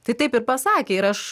tai taip ir pasakė ir aš